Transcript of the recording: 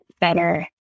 better